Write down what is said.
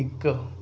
ਇੱਕ